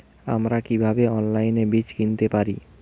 আমরা কীভাবে অনলাইনে বীজ কিনতে পারি?